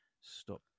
stop